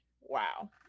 Wow